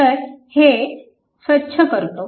तर हे स्वच्छ करतो